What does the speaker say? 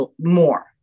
more